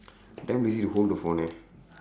damn lazy to hold the phone eh